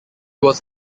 was